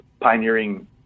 pioneering